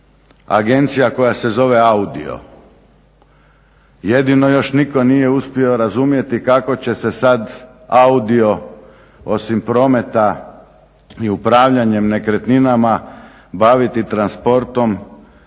agencija koja se zove AUDIO. Jedino još nitko nije uspio razumjeti kako će se sad AUDIO osim prometa i upravljanjem nekretninama baviti transportom